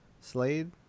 Slade